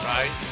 Right